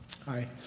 Hi